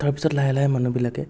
তাৰ পিছত লাহে লাহে মানুহবিলাকে